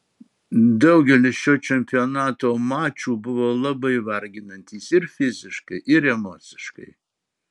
daugelis šio čempionato mačų buvo labai varginantys ir fiziškai ir emociškai